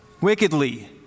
wickedly